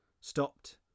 Stopped